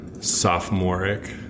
sophomoric